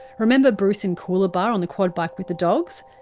remember bruce in coolabah on the quad bike with the dogs?